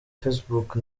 facebook